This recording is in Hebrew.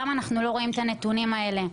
למה אנחנו לא רואים את הנתונים האלה?